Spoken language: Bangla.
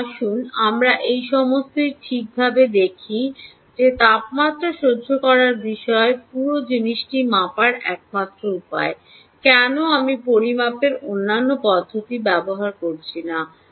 এখন আসুন আমরা এই সমস্তটি ঠিকভাবে দেখি যে তাপমাত্রা সহ্য করার বিষয়ে পুরো জিনিসটি মাপার একমাত্র উপায় কেন আমি পরিমাপের অন্যান্য পদ্ধতি ব্যবহার করছি না